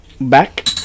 back